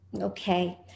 Okay